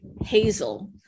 hazel